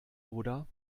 oder